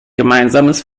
gemeinsames